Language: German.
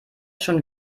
schon